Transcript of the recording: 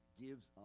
gives